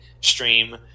stream